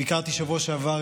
ביקרתי בשבוע שעבר,